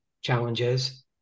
challenges